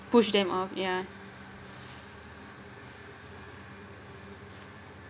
push them off ya